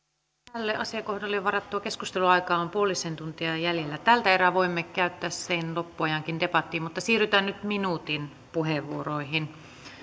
tälle asiakohdalle varattua keskusteluaikaa on puolisen tuntia jäljellä tältä erää voimme käyttää sen loppuajankin debattiin mutta siirrytään nyt minuutin puheenvuoroihin